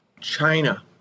China